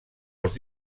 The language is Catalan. els